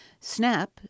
SNAP